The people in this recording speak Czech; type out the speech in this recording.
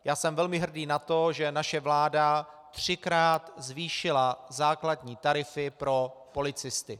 Já jsem velmi hrdý na to, že naše vláda třikrát zvýšila základní tarify pro policisty.